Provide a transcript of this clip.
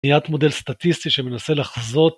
בניית מודל סטטיסטי שמנסה לחזות.